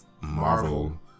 Marvel